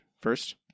first